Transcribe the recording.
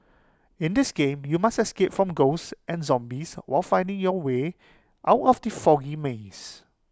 in this game you must escape from ghosts and zombies while finding your way out of the foggy maze